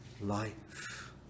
life